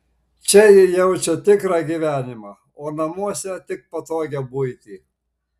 čia ji jaučia tikrą gyvenimą o namuose tik patogią buitį